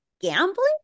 gambling